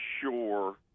sure